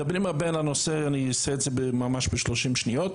מדברים הרבה על הנושא, אעשה את זה ממש ב-30 שניות.